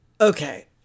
okay